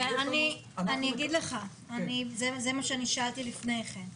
אני אגיד לך, זה מה שאני שאלתי לפני כן,